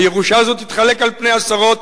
הירושה הזאת תתחלק לעשרות.